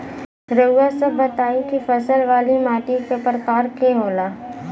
रउआ सब बताई कि फसल वाली माटी क प्रकार के होला?